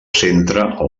centre